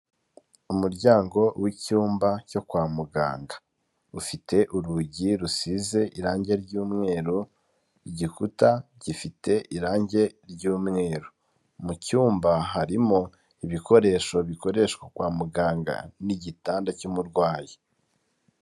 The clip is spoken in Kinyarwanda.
Umuryango w'icyumba cyo kwa muganga, ufite urugi rusize irangi ry'umweru, igikuta gifite irangi ry'umweru, mu cyumba harimo ibikoresho bikoreshwa kwa muganga n'igitanda cy'umurwayi.